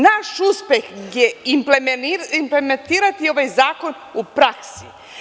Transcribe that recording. Naš uspeh je implementirati ovaj zakon u praksi.